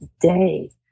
day